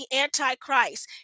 Antichrist